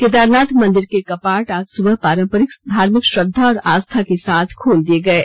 केदारनाथ मंदिर के कपाट आज सुबह पारंपरिक धार्मिक श्रद्वा और आस्था के साथ खोल दिये गये